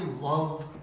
love